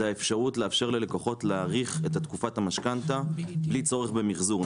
האפשרות לאפשר ללקוחות להאריך את תקופת המשכנתא בלי צורך במיחזור.